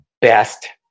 best